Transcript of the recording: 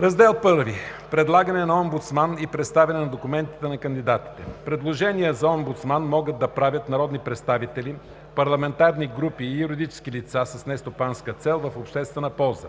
I. Предлагане на омбудсман и представяне на документите на кандидатите 1. Предложения за омбудсман могат да правят народни представители, парламентарни групи и юридически лица с нестопанска цел в обществена полза.